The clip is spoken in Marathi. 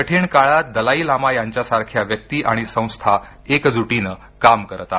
कठीण काळात दलाई लामा यांच्या सारख्या व्यक्ती आणि संस्था एकजुटीने काम करत आहेत